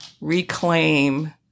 reclaim